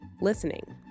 Listening